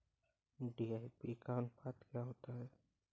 DAP का अनुपात क्या होता है?